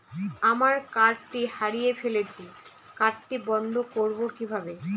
আমার কার্ডটি হারিয়ে ফেলেছি কার্ডটি বন্ধ করব কিভাবে?